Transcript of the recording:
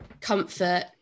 comfort